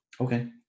Okay